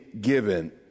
given